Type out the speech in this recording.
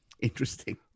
interesting